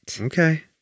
Okay